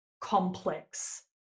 complex